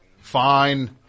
Fine